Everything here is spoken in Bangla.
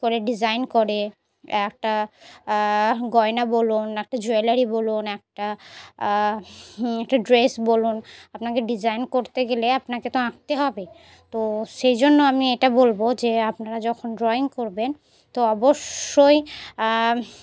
করে ডিজাইন করে একটা গয়না বলুন একটা জুয়েলারি বলুন একটা একটা ড্রেস বলুন আপনাকে ডিজাইন করতে গেলে আপনাকে তো আঁকতে হবে তো সেই জন্য আমি এটা বলবো যে আপনারা যখন ড্রয়িং করবেন তো অবশ্যই